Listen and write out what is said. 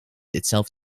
itself